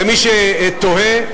למי שתוהה,